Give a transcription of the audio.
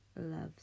loves